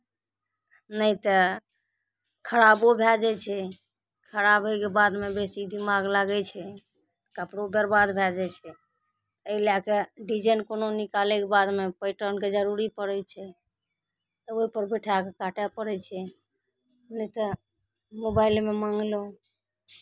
नहि तऽ खराबो भए जाइ छै खराब होयके बादमे बेसी दिमाग लागै छै कपड़ो बरबाद भए जाइ छै एहि लए कऽ डिजाइन कोनो निकालैके बादमे पैटर्नके जरूरी पड़ै छै तऽ ओहिपर बैठाए कऽ काटय पड़ै छै नहि तऽ मोबाइलेमे मङ्गलहुँ